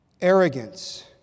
arrogance